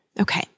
Okay